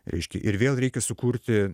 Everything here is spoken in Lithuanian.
reiškia ir vėl reikia sukurti